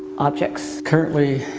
objects. currently,